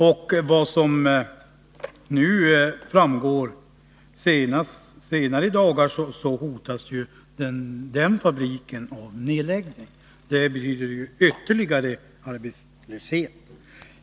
Enligt vad som på senare tid framkommit hotas den fabriken av nedläggning. Det betyder ytterligare arbetslöshet.